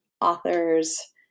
authors